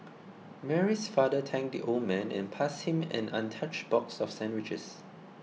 Mary's father thanked the old man and passed him an untouched box of sandwiches